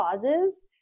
causes